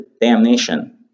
damnation